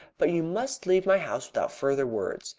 but you must leave my house without further words.